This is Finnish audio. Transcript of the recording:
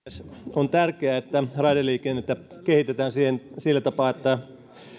on tärkeää että raideliikennettä kehitetään sillä tapaa että